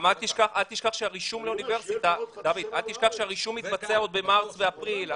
אל תשכח שהרישום לאוניברסיטה מתקיים עוד במרץ ואפריל.